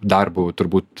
darbu turbūt